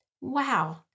Wow